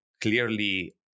clearly